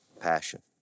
Passion